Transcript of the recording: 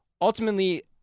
ultimately